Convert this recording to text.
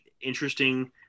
interesting